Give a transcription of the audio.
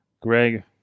Greg